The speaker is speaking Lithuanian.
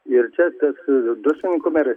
ir čia druskininkų meras